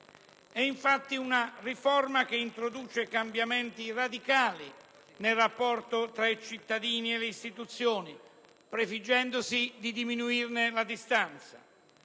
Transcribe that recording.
infatti una riforma che introduce cambiamenti radicali nel rapporto tra i cittadini e le istituzioni, prefiggendosi di diminuirne la distanza: